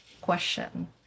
question